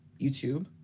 YouTube